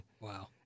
Wow